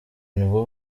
nibwo